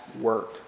work